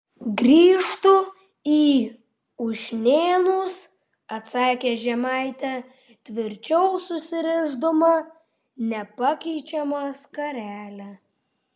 grįžtu į ušnėnus atsakė žemaitė tvirčiau susirišdama nepakeičiamą skarelę